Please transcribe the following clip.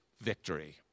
victory